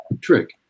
trick